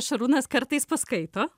šarūnas kartais paskaito